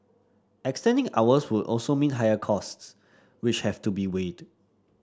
extending hours would also mean higher costs which have to be weighed